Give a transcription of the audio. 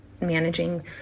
managing